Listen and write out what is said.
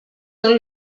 són